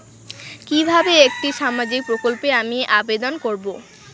কিভাবে একটি সামাজিক প্রকল্পে আমি আবেদন করব?